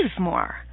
more